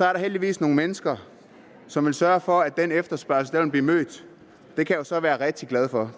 er der heldigvis nogle mennesker, som vil sørge for, at den efterspørgsel vil blive mødt. Det kan jeg så være rigtig glad for.